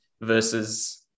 versus